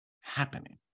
happening